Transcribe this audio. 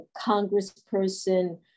Congressperson